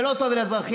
זה לא טוב לאזרחים.